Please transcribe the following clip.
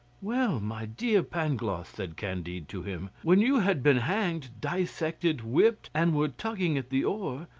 well, my dear pangloss, said candide to him, when you had been hanged, dissected, whipped, and were tugging at the oar,